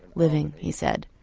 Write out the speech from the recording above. living, he said,